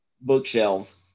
bookshelves